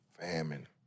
Famine